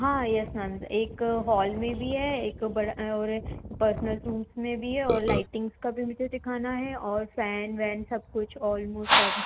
हाँ yes ma'am एक hall में भी है एक बड़ा और पर्सनल रूम्स में भी है और लाइटिंग्स का भी मुझे दिखाना है और फ़ैन वैन सब कुछ ऑलमोस्ट सब